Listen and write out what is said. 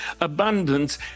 abundance